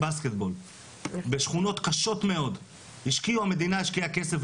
בשכונות קשות מאוד השקיעה המדינה כסף,